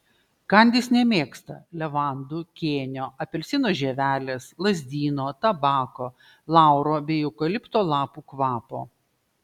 kandys nemėgsta levandų kėnio apelsino žievelės lazdyno tabako lauro bei eukalipto lapų kvapo